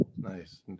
Nice